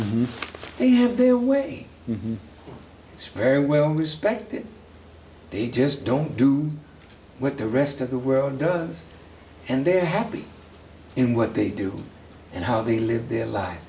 they have their way it's very well respected they just don't do what the rest of the world does and they're happy in what they do and how they live their lives